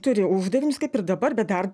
turi uždavinius kaip ir dabar bet dar